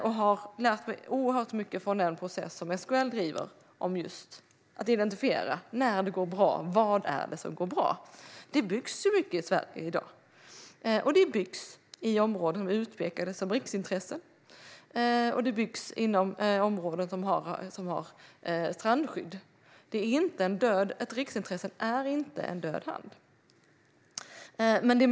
Jag har lärt mig oerhört mycket av SKL:s process att identifiera, när det går bra, vad det är som gör att det går bra. Det byggs mycket i Sverige i dag, och det byggs i områden som är utpekade som riksintressen och i områden med strandskydd. Ett riksintresse är inte en död hand.